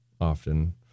often